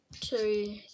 Two